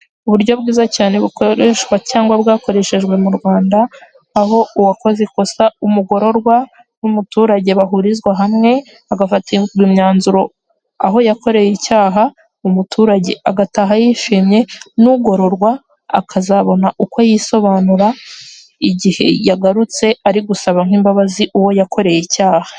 Uburyo bwiza cyane bukoreshwa cyangwa bwakoreshejwe mu rwanda, aho uwakoze ikosa umugororwa n'umuturage bahurizwa hamwe agafatirwa imyanzuro aho yakoreye icyaha umuturage agataha yishimye n'ugororwa akazabona uko yisobanura, igihe yagarutse ari gusaba nk'imbabazi uwo yakoreye icyaha.